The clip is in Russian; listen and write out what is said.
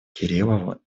кириллову